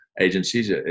agencies